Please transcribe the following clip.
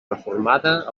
reformada